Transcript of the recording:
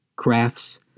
Crafts